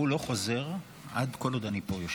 הוא חוזר כל הזמן,